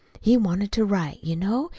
he wanted to write, you know.